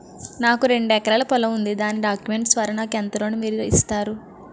నాకు రెండు ఎకరాల పొలం ఉంది దాని డాక్యుమెంట్స్ ద్వారా నాకు ఎంత లోన్ మీరు ఇస్తారు?